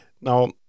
Now